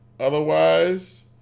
Otherwise